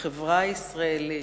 בחברה הישראלית,